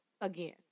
again